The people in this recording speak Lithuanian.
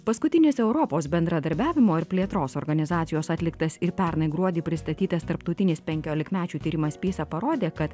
paskutinis europos bendradarbiavimo ir plėtros organizacijos atliktas ir pernai gruodį pristatytas tarptautinis penkiolikmečių tyrimas pisa parodė kad